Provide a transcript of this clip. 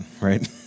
right